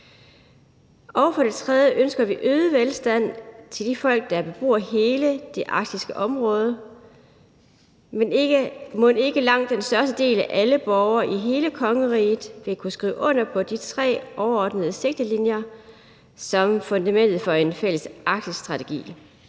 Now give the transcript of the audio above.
Og for det tredje ønsker vi øget velstand til de folk, der bebor hele det arktiske område. Mon ikke langt den største del af alle borgere i hele kongeriget vil kunne skrive under på de tre overordnede sigtelinjer som fundamentet for en fælles arktisk strategi.